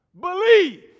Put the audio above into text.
believe